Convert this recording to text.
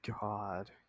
God